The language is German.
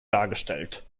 dargestellt